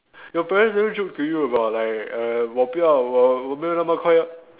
your parents never joke to you about like err 我不要我我不要那么快